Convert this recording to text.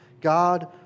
God